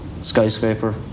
Skyscraper